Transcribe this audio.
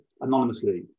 anonymously